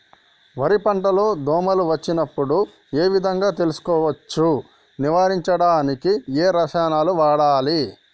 వరి పంట లో దోమ వచ్చినప్పుడు ఏ విధంగా తెలుసుకోవచ్చు? నివారించడానికి ఏ రసాయనాలు వాడాలి?